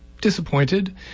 disappointed